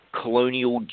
colonial